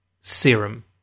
serum